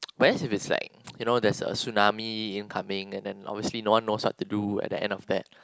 whereas if it's like you know there is tsunami incoming and then obviously no one knows what to do at the end of that